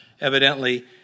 Evidently